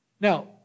Now